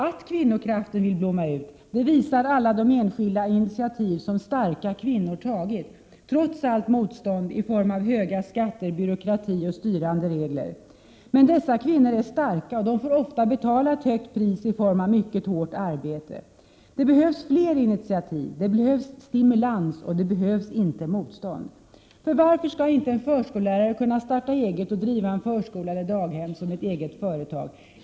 Att kvinnokraften vill blomma ut visar alla de enskilda initiativ som starka kvinnor tagit — trots allt motstånd i form av höga skatter, byråkrati och styrande regler. Men dessa kvinnor är starka, och de får oftast betala ett högt pris i form av mycket hårt arbete. Det behövs fler initiativ, och det behövs stimulans och inte motstånd. Varför skall inte en förskollärare kunna starta eget och driva en förskola eller daghem som ett eget företag?